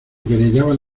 querellaban